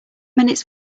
minutes